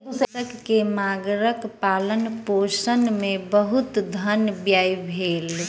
कृषक के मगरक पालनपोषण मे बहुत धन व्यय भेल